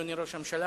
אדוני ראש הממשלה,